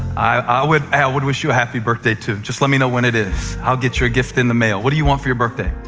i would would wish you a happy birthday too. just let me know when it is. i'll get you a gift in the mail. what do you want for your birthday?